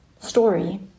story